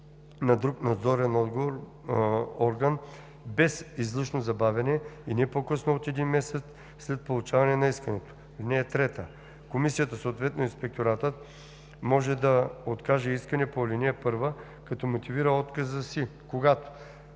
на друг надзорен орган без излишно забавяне и не по-късно от един месец след получаване на искането. (3) Комисията, съответно инспекторатът може да откаже искане по ал. 1, като мотивира отказа си, когато: